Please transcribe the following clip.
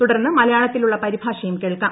തുടർന്ന് മലയാളത്തിലുള്ള പരിഭാഷയും കേൾക്കാം